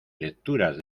lecturas